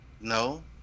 No